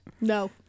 No